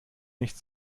nicht